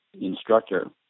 instructor